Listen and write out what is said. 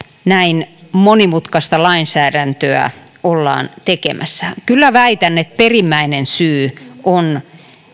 näin monimutkaista lainsäädäntöä ollaan tekemässä kyllä väitän että perimmäinen syy on